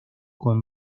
con